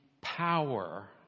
power